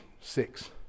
six